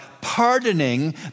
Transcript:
pardoning